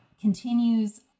continues